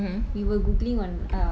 ray you know ray right